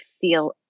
feel